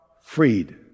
freed